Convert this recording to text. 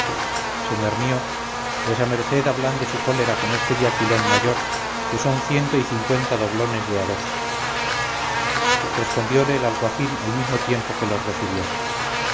señor mío vuesa merced ablande su cólera con este diaquilón mayor que son ciento y cincuenta doblones de a dos respondiéndole el alguacil al mismo tiempo que los recibió